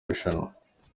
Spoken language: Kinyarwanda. rushanwa